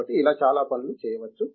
కాబట్టి ఇలా చాలా పనులు చేయవచ్చు